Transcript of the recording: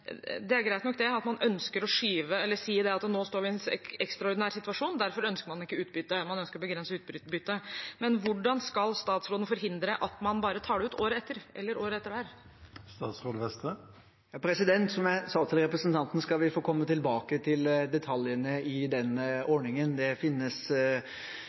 Det er greit nok at man sier at vi nå står i en ekstraordinær situasjon, og derfor ønsker man ikke utbytte, man ønsker å begrense utbytte. Men hvordan skal statsråden forhindre at man bare tar det ut året etter, eller året etter der? Som jeg sa til representanten, skal vi få komme tilbake til detaljene i den ordningen. Det finnes